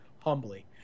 humbly